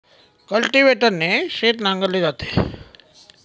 कल्टिव्हेटरने शेत नांगरले जाते